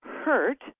hurt